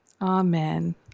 amen